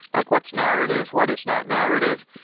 like what's narrative? what is not narrative?